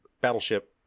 battleship